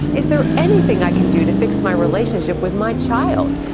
is there anything i can do to fix my relationship with my child?